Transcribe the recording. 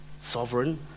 sovereign